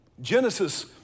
Genesis